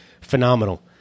phenomenal